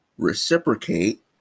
Reciprocate